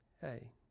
hey